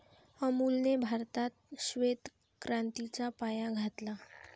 अमूलने भारतात श्वेत क्रांतीचा पाया घातला